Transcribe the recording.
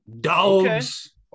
dogs